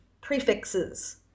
prefixes